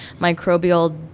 microbial